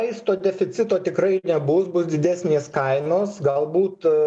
maisto deficito tikrai nebus bus didesnės kainos galbūt